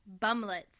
Bumlets